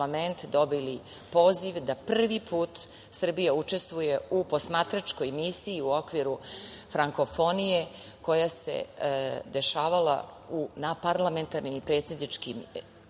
dobili poziv da prvi put Srbija učestvuje u posmatračkoj misiji u okviru frankofonije koja se dešavala na parlamentarnim i predsedničkim